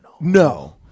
No